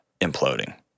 imploding